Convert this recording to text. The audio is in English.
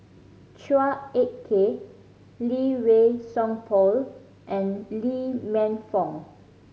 Chua Ek Kay Lee Wei Song Paul and Lee Man Fong